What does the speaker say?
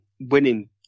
winning